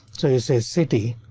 so you say city,